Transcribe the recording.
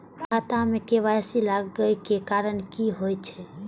खाता मे के.वाई.सी लागै के कारण की होय छै?